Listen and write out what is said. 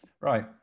right